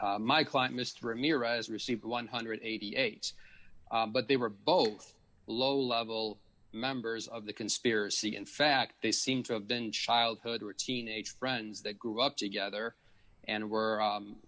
my client mr ramirez received one hundred and eighty eight dollars but they were both low level members of the conspiracy in fact they seem to have been childhood or a teenage friends that grew up together and were